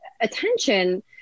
attention